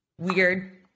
weird